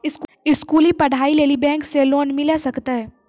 स्कूली पढ़ाई लेली बैंक से लोन मिले सकते?